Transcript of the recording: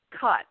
cut